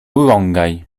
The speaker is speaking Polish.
urągaj